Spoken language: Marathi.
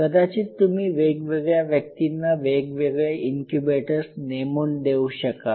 कदाचित तुम्ही वेगवेगळ्या व्यक्तींना वेगवेगळे इन्क्युबेटर्स नेमुन देऊ शकाल